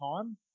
time